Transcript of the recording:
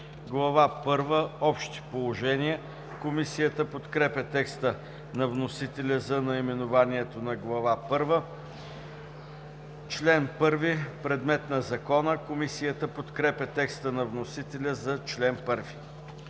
първа – Общи положения“. Комисията подкрепя текста на вносителя за наименованието на Глава първа. Член 1 – „Предмет на Закона“. Комисията подкрепя текста на вносителя за чл. 1.